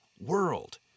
world